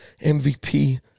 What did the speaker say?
MVP